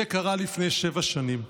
זה קרה לפני שבע שנים.